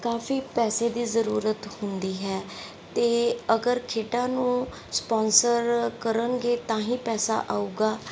ਕਾਫ਼ੀ ਪੈਸੇ ਦੀ ਜ਼ਰੂਰਤ ਹੁੰਦੀ ਹੈ ਅਤੇ ਅਗਰ ਖੇਡਾਂ ਨੂੰ ਸਪੋਂਸਰ ਕਰਨਗੇ ਤਾਂ ਹੀ ਪੈਸਾ ਆਊਗਾ